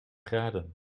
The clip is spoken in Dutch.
graden